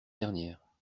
dernière